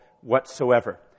whatsoever